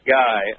guy